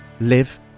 live